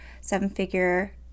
seven-figure